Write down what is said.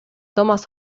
thomas